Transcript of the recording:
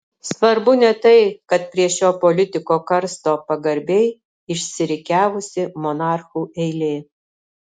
svarbu ne tai kad prie šio politiko karsto pagarbiai išsirikiavusi monarchų eilė